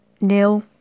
Nil